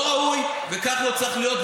לא ראוי וכך לא צריך להיות,